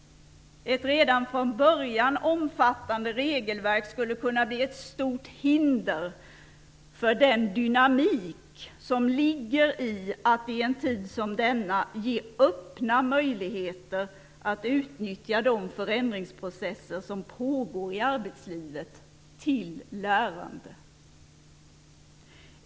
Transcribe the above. Ett redan från början omfattande regelverk skulle kunna bli ett stort hinder för den dynamik som ligger i att i en tid som denna ge öppna möjligheter att utnyttja de förändringsprocesser som pågår i arbetslivet till lärande.